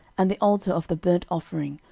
and the altar of the burnt offering,